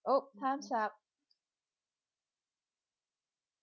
!oops! time's up